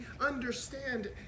understand